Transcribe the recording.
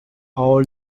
all